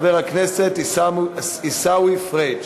של חבר הכנסת עיסאווי פריג'.